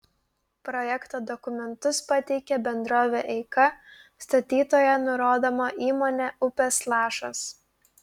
projekto dokumentus pateikė bendrovė eika statytoja nurodoma įmonė upės lašas